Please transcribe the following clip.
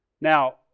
Now